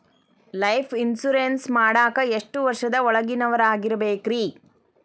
Life insurance ಮಾಡಾಕ ಎಷ್ಟು ವರ್ಷದ ಒಳಗಿನವರಾಗಿರಬೇಕ್ರಿ?